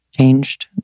changed